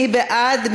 מי בעד?